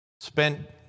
spent